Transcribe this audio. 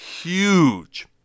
huge